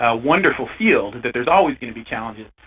ah wonderful field, that there's always going to be challenges,